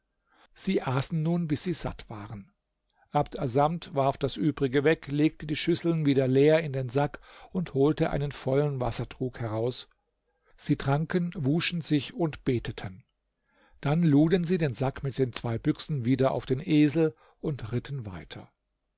sie aßen nun bis sie satt waren abd assamd warf das übrige weg legte die schüsseln wieder leer in den sack und holte einen vollen wassertrug heraus sie tranken wuschen sich und beteten dann luden sie den sack mit den zwei büchsen wieder auf den esel und ritten weiter